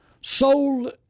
sold